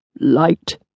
Light